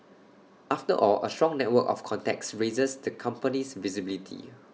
after all A strong network of contacts raises the company's visibility